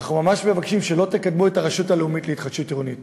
אנחנו ממש מבקשים שלא תקדמו את הרשות הלאומית להתחדשות עירונית.